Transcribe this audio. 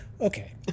Okay